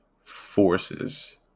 forces